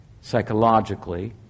psychologically